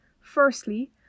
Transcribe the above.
Firstly